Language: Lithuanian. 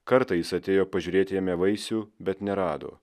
kartą jis atėjo pažiūrėti jame vaisių bet nerado